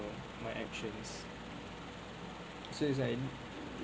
my actions so is like